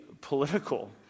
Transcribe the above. political